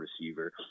receiver